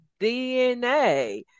DNA